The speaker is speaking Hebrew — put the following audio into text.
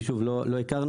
וזה לא היה משהו פשוט.